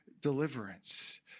deliverance